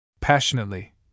Passionately